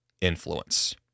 influence